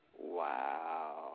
Wow